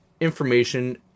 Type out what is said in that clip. information